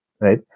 right